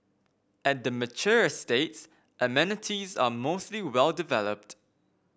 at the mature estates amenities are mostly well developed